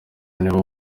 nibo